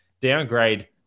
downgrade